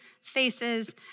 faces